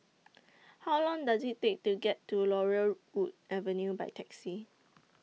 How Long Does IT Take to get to Laurel Wood Avenue By Taxi